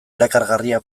erakargarria